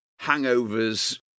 hangovers